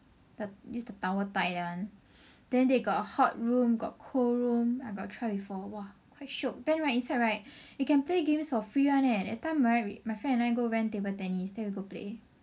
the use the towel tie that one then they got hot room got cold room I got try before !wah! quite shiok then right inside right you can play games for free one leh that time right my friend and I go rent table tennis then we go play